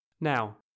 Now